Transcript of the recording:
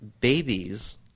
babies